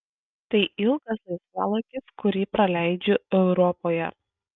tai ilgas laisvalaikis kurį praleidžiu europoje